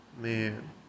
Man